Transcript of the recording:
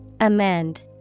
Amend